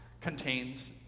contains